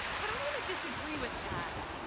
but i'm going to disagree with that.